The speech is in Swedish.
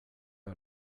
jag